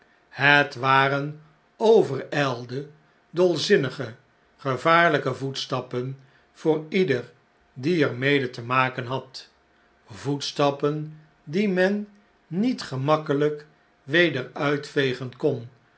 het waren override dolzinnige gevaarlijke voetstappen voor ieder die er mede temaken had voetstappen die men niet gemakkerjjk weder uitvegen kon